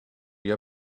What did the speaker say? your